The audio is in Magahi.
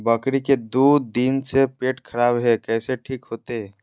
बकरी के दू दिन से पेट खराब है, कैसे ठीक होतैय?